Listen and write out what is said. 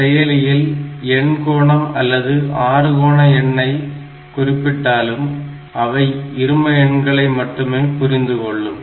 செயலியில் எண்கோணம் அல்லது ஆறுகோண எண்களை குறிப்பிட்டாலும் அவை இரும எண்களை மட்டுமே புரிந்துகொள்ளும்